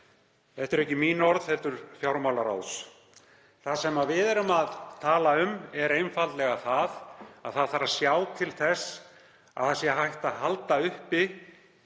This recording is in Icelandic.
Þetta eru ekki mín orð heldur fjármálaráðs. Það sem við erum að tala um er einfaldlega það að sjá þarf til þess að hægt sé að halda uppi